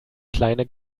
kleine